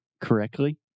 correctly